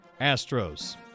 Astros